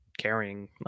carrying